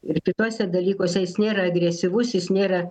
ir kituose dalykuose jis nėra agresyvus jis nėra